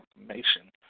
information